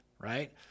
right